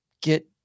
get